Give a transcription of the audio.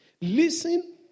Listen